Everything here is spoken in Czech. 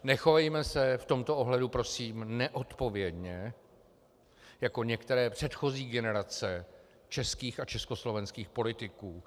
Nechovejme se v tomto ohledu, prosím, neodpovědně jako některé předchozí generace českých a československých politiků.